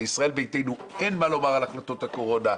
לישראל ביתנו אין מה לומר על החלטות הקורונה,